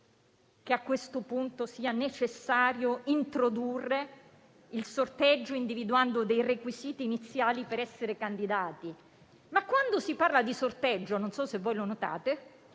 che a questo punto sia necessario introdurre il sorteggio, individuando dei requisiti iniziali per essere candidati. Quando si parla di sorteggio - non so se voi lo notate